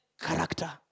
character